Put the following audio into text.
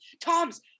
Toms